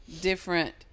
different